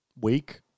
week